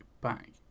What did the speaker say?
back